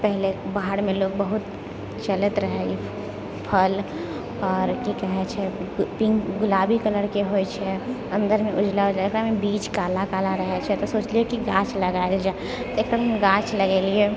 पहिले बाहरमे लोक बहुत चलैत रहै फल आओर की कहै छै पिङ्क गुलाबी कलरके होइ छै अन्दरमे उजला उजला एकरामे बीज काला काला रहै छै सोचलिए कि गाछ लगाएल जाइ एकर ने गाछ लगेलिए